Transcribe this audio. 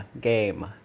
game